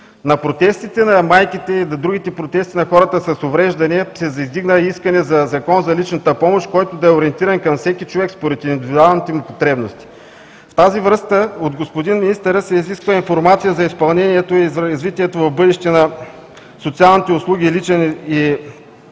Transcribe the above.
На протестите на майките и другите протести на хората с увреждания се издигна искане за закон за личната помощ, който да е ориентиран към всеки човек според индивидуалните му потребности. В тази връзка от господин министъра се изисква информация за изпълнението и развитието в бъдеще на социалните услуги „личен“ и